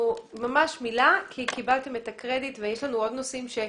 ממש מילה כי קיבלתם את הקרדיט ויש לנו עוד נושאים.